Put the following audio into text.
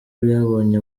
byabonye